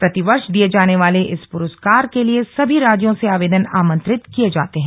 प्रतिवर्ष दिये जाने वाले इस पुरस्कार के लिए सभी राज्यों से आवेदन आमंत्रित किये जाते हैं